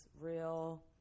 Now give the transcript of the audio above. real